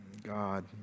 god